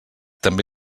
també